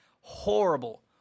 horrible